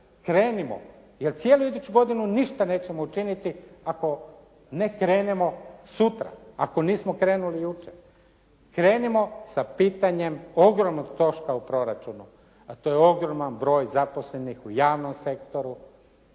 Krenimo jer cijelu iduću godinu ništa nećemo učiniti ako ne krenemo sutra, ako nismo krenuli jučer. Krenimo sa pitanjem ogromnog troška u proračunu. A to je ogroman broj zaposlenih u javnom sektoru